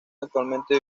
actualmente